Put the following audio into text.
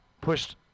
pushed